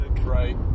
Right